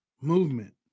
movement